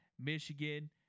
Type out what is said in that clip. Michigan